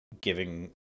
giving